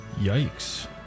Yikes